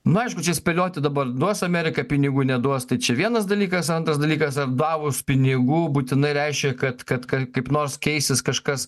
na aišku čia spėlioti dabar duos amerika pinigų neduos tai čia vienas dalykas antras dalykas ar davus pinigų būtinai reiškia kad kad kaip nors keisis kažkas